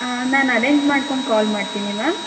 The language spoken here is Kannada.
ನಾನು ಅರೇಂಜ್ ಮಾಡ್ಕೊಂಡು ಕಾಲ್ ಮಾಡ್ತೀನಿ ಮ್ಯಾಮ್